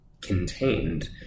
contained